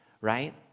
right